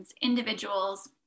individuals